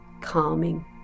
calming